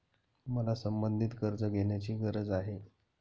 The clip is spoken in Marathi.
मला संबंधित कर्ज घेण्याची गरज आहे